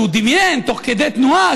שהוא דמיין תוך כדי תנועה,